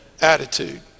attitude